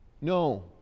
No